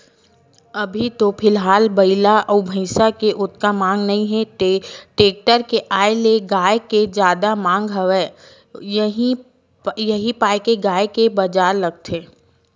अभी तो फिलहाल बइला अउ भइसा के ओतका मांग नइ हे टेक्टर के आय ले गाय के जादा मांग हवय उही पाय के गाय के बजार लगथे